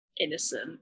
innocent